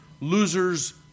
losers